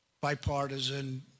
bipartisan